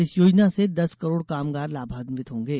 इस योजना से दस करोड़ कामगार लाभान्वित होंगे